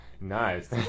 nice